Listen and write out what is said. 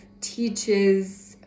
teaches